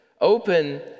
open